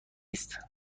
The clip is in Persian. است